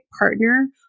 partner